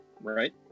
right